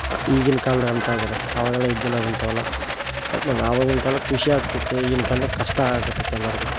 ಈಗಿನ ಕಾಲ್ದಗಂತಾದ್ರೆ ಅವಾಗೆಲ್ಲ ಇದ್ದಿಲ್ಲ ಇಂಥವೆಲ್ಲ ಹೇಳಿದೆನಲ್ಲ ಆವಾಗಿನ ಕಾಲಕ್ಕೆ ಖುಷಿ ಆಗ್ತಿತ್ತು ಈಗಿನ ಕಾಲ್ದಾಗ ಕಷ್ಟ ಆಗಕತ್ತೈತೆ ಎಲ್ಲರಿಗೂ